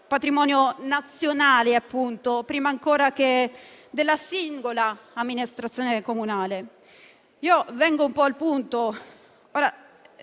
patrimonio nazionale, prima ancora che della singola amministrazione comunale. Vengo al punto: